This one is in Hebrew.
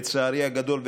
לצערי הגדול,